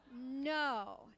no